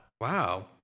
Wow